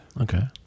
okay